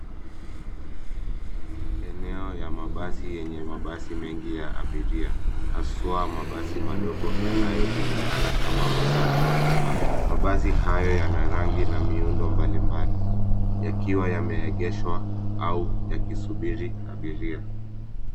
Eneo la mabasi lenye mabasi mengi ya abiria, haswa mabasi madogo yanayojulikana kama matatu. Mabasi hayo yana rangi na miundo mbalimbali, yakiwa yameegeshwa au yakisubiri abiria.